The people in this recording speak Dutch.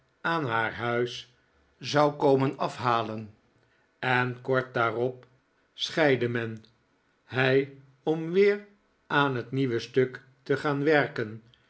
aan haar huis zou komen afhalen en kort daarop scheidde men hij om weer aan het nieuwe stuk te gaan werken